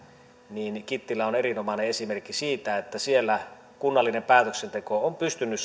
niin kittilä on erinomainen esimerkki siitä että siellä kunnallinen päätöksenteko on pystynyt